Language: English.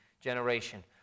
generation